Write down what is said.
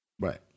Right